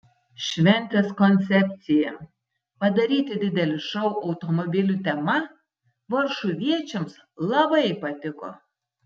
šventės koncepcija padaryti didelį šou automobilių tema varšuviečiams labai patiko